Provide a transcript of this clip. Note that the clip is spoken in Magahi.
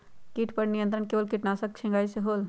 किट पर नियंत्रण केवल किटनाशक के छिंगहाई से होल?